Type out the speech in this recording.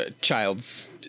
child's